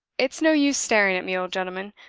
it's no use staring at me, old gentleman.